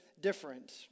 different